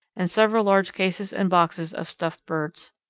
and several large cases and boxes of stuffed birds.